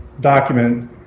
document